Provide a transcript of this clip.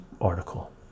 article